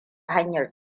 hanyar